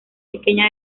pequeña